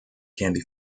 candy